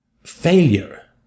failure